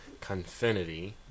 Confinity